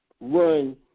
run